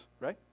right